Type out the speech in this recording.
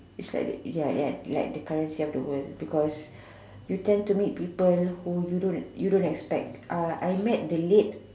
is like ya ya like the currency of the worlds because you tend to meet people you don't expect because I met the late